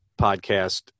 podcast